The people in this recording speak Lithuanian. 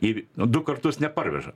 į du kartus neparveža